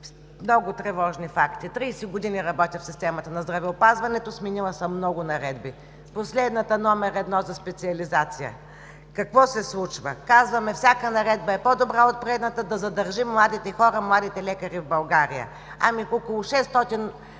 Много тревожни факти: 30 години работя в системата на здравеопазването, сменила съм много наредби. В последната наредба –№ 1, за специализация, какво се случва? Казваме, че всяка наредба е по-добра от предната, да задържим младите хора, младите лекари в България. Ами, ако около 600